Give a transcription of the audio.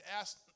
ask